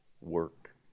work